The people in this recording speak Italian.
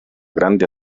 grande